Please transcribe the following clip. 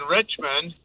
Richmond